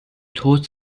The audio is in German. tod